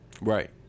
Right